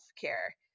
care